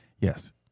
Yes